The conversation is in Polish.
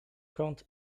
kąt